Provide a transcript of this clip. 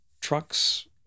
trucks